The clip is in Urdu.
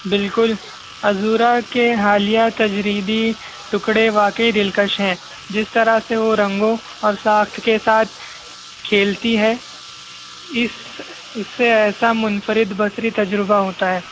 بالکل عزورہ کے حالیہ تجدیدی ٹکڑے واقعی دلکش ہیں جس طرح سے وہ رنگوں اور ساخت کے ساتھ کھیلتی ہے اس اس سے ایسا منفرد بصری تجربہ ہوتا ہے